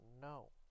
No